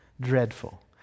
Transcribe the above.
dreadful